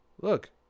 look